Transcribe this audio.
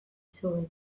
zuen